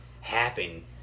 happen